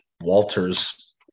Walter's